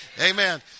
Amen